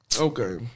Okay